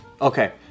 Okay